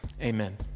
Amen